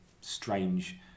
strange